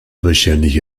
wahrscheinlich